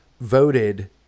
voted